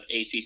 ACC